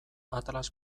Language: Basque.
atlas